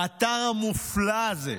האתר המופלא הזה,